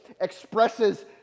expresses